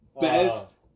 best